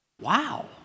Wow